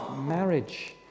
marriage